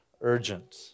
urgent